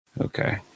Okay